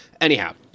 anyhow